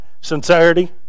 Sincerity